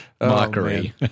mockery